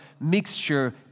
mixture